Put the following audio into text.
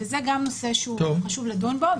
זה גם נושא שחשוב לדון בו.